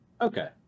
Okay